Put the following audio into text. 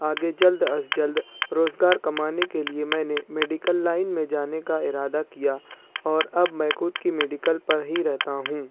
آگے جلد از جلد روزگار کمانے کے لیے میں نے میڈیکل لائن میں جانے کا ارادہ کیا اور اب میں خود کی میڈیکل پر ہی رہتا ہوں